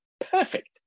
perfect